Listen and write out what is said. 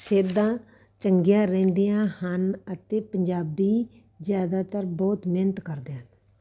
ਸਿਹਤਾਂ ਚੰਗੀਆਂ ਰਹਿੰਦੀਆਂ ਹਨ ਅਤੇ ਪੰਜਾਬੀ ਜ਼ਿਆਦਾਤਰ ਬਹੁਤ ਮਿਹਨਤ ਕਰਦੇ ਹਨ